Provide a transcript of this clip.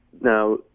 Now